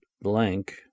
blank